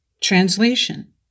Translation